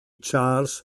charles